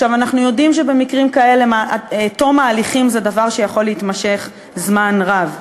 אנחנו יודעים שבמקרים כאלה תום ההליכים זה דבר שיכול לקחת זמן רב.